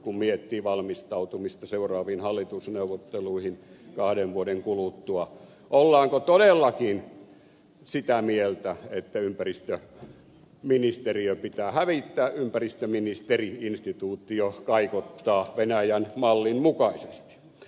kun miettii valmistautumista seuraaviin hallitusneuvotteluihin kahden vuoden kuluttua niin ollaanko todellakin sitä mieltä että ympäristöministeriö pitää hävittää ympäristöministeri instituutio kaikottaa venäjän mallin mukaisesti